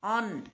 on